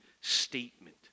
statement